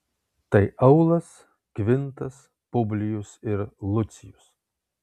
tai aulas kvintas publijus ir lucijus